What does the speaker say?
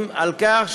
אומרים